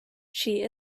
she